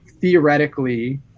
theoretically